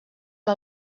que